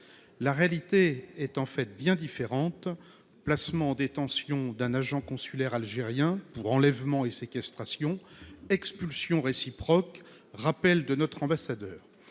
La réalité est en fait bien différente. Placement en détention d'un agent consulaire algérien pour enlèvement et séquestration, expulsion réciproque, rappel de notre ambassadeur.